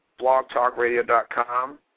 blogtalkradio.com